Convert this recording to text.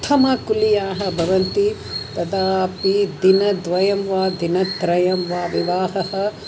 उत्तमकुलीयाः भवन्ति तदापि दिनद्वयं वा दिनत्रयं वा विवाहः